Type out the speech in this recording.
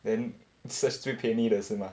then search 最便宜的是吗